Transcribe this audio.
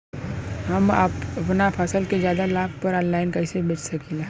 हम अपना फसल के ज्यादा लाभ पर ऑनलाइन कइसे बेच सकीला?